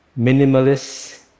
Minimalist